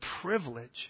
privilege